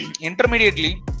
intermediately